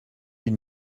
une